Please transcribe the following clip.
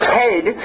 head